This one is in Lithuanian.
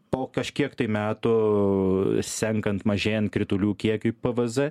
po kažkiek tai metų senkant mažėjant kritulių kiekiui pvz